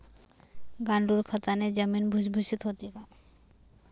गांडूळ खताने जमीन भुसभुशीत होते का?